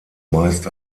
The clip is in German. meist